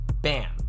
bam